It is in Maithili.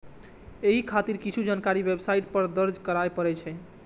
एहि खातिर किछु जानकारी वेबसाइट पर दर्ज करय पड़ै छै